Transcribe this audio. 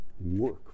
work